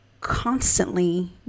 constantly